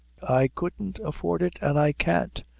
i couldn't afford it and i can't.